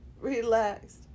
relaxed